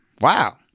wow